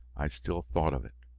i still thought of it.